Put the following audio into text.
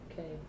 okay